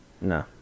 No